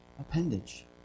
appendage